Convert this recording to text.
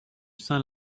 saint